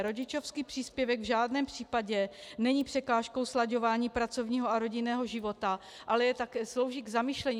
Rodičovský příspěvek v žádném případě není překážkou slaďování pracovního a rodinného života, ale slouží k zamyšlení.